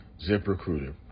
ZipRecruiter